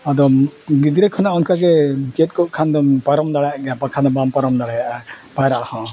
ᱟᱫᱚ ᱜᱤᱫᱽᱨᱟᱹ ᱠᱷᱚᱱᱟᱜ ᱚᱱᱠᱟᱜᱮ ᱪᱮᱫ ᱠᱚᱜ ᱠᱷᱟᱱ ᱫᱚᱢ ᱯᱟᱨᱚᱢ ᱫᱟᱲᱮᱭᱟᱜ ᱜᱮᱭᱟ ᱵᱟᱠᱷᱟᱱ ᱫᱚ ᱵᱟᱢ ᱯᱟᱨᱚᱢ ᱫᱟᱲᱮᱭᱟᱜᱼᱟ ᱯᱟᱭᱨᱟᱜ ᱦᱚᱸ